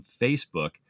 Facebook